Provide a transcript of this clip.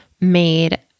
made